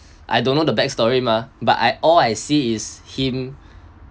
I don't know the back story mah but I all I see is him